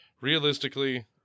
realistically